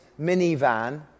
minivan